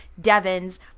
Devons